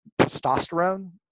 testosterone